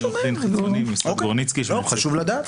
בשלב הזה,